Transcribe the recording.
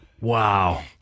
Wow